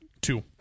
Two